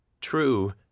True